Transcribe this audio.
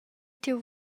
tiu